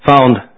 found